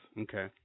Okay